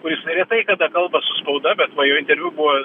kuris retai kada kalba su spauda bet va jo interviu buvo